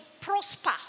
prosper